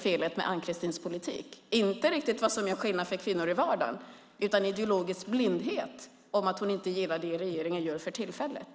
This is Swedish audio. Felet med Ann-Christines politik är att den inte präglas av vad som gör skillnad för kvinnor i vardagen utan av ideologisk blindhet och att hon inte gillar det regeringen för tillfället.